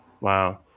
wow